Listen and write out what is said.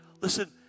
listen